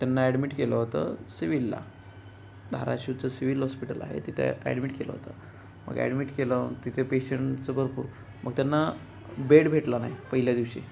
त्यांना ॲडमिट केलं होतं सिवीलला धाराशिवचं सिव्हिल हॉस्पिटल आहे तिथे ॲडमिट केलं होतं मग ॲडमिट केलं तिथे पेशंटचं भरपूर मग त्यांना बेड भेटला नाही पहिल्या दिवशी